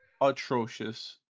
atrocious